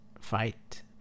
fight